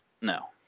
No